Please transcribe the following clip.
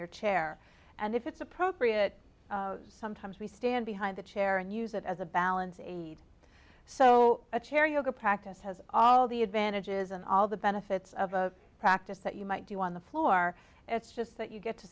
your chair and if it's appropriate sometimes we stand behind the chair and use it as a balance aid so a chariot or practice has all the advantages and all the benefits of a practice that you might do on the floor it's just that you get to